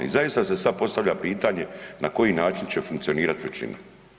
I zaista se sad postavlja pitanje na koji način će funkcionirati većina.